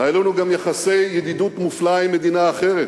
היו לנו גם יחסי ידידות מופלאה עם מדינה אחרת,